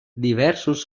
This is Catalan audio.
diversos